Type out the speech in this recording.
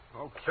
Okay